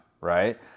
right